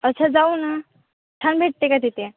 अच्छा जाऊ ना छान भेटते का तिथे